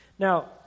Now